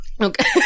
okay